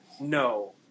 No